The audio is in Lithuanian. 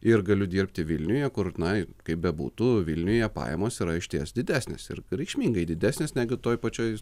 ir galiu dirbti vilniuje kur na kaip bebūtų vilniuje pajamos yra išties didesnės ir reikšmingai didesnės negu toj pačioj